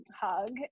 hug